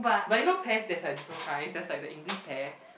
but you know pears there is like different kinds there's like the English pear